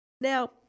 Now